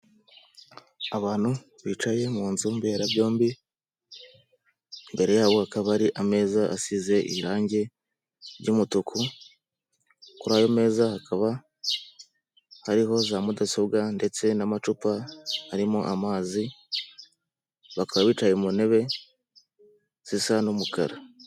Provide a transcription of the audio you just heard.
abantu bicaye mu nzu mberabyombi, imbere yabo akaba ari ameza asize irangi ry'mutuku, kuri ayo meza hakaba hariho za mudasobwa ndetse n'amacupa arimo amazi, bakaba bicaye mu ntebe zisa n'umukara.